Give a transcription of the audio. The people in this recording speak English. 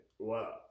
Wow